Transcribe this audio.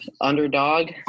underdog